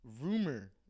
rumor